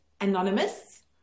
anonymous